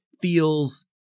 feels